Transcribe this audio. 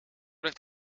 ligt